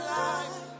life